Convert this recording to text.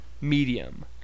medium